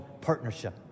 partnership